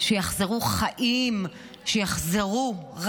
שיחזרו חיים, שיחזרו.